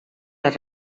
les